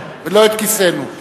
ולא את כיסנו.